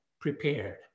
prepared